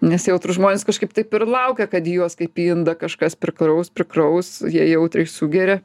nes jautrūs žmonės kažkaip taip ir laukia kad į juos kaip indą kažkas prikraus prikraus jie jautriai sugeria